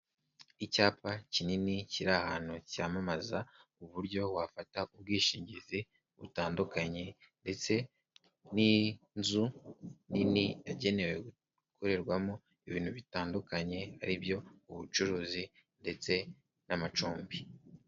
Icyapa kinini kiri ahantu cyamamaza uburyo wafata ubwishingizi butandukanye ndetse n'inzu nini yagenewe gukorerwamo ibintu bitandukanye aribyo ubucuruzi ndetse n'amacumbi .